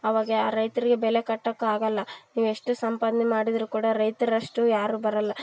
ಅವಾಗ ಆ ರೈತರಿಗೆ ಬೆಲೆ ಕಟ್ಟಕ್ಕೆ ಆಗೋಲ್ಲ ನೀವು ಎಷ್ಟು ಸಂಪಾದನೆ ಮಾಡಿದ್ರೂ ಕೂಡ ರೈತರಷ್ಟು ಯಾರೂ ಬರೋಲ್ಲ